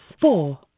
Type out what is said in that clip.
Four